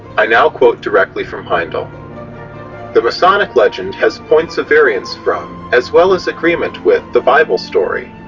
i now quote directly from heindel the masonic legend has points of variance from as well as agreement with the bible story.